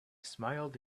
smiled